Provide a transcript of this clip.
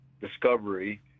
discovery